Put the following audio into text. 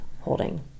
holding